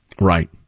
Right